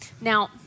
Now